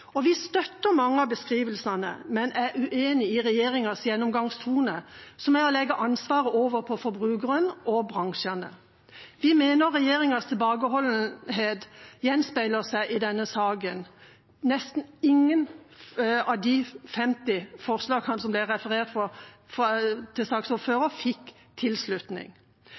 Vi støtter mange av beskrivelsene, men er uenig i regjeringas gjennomgangstone, som er å legge ansvaret over på forbrukeren og bransjene. Vi mener at regjeringas tilbakeholdenhet gjenspeiler seg i denne saken. Nesten ingen av de 50 forslagene som det ble referert til av saksordføreren, får tilslutning.